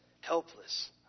Helpless